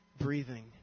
breathing